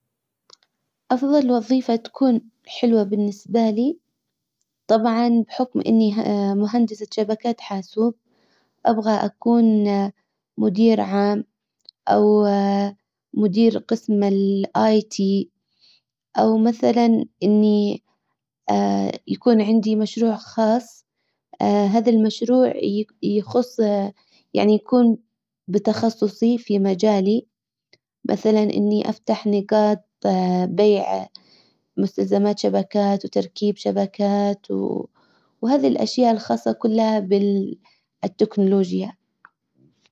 افضل وظيفة تكون حلوة بالنسبة لي طبعا بحكم اني مهندسة شبكات حاسوب ابغى اكون مدير عام او مدير قسم الاى تى او مثلا إني يكون عندي مشروع خاص هذا المشروع يخص يعني يكون بتخصصي في مجالي. مثلا اني افتح نقاط بيع مستلزمات شبكات وتركيب شبكات وهذه الاشياء الخاصة كلها بالتكنولوجيا.